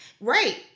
Right